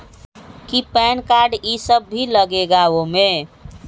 कि pan card इ सब भी लगेगा वो में?